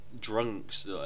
drunks